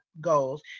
goals